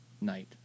night